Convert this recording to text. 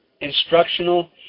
instructional